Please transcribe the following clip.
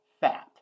fat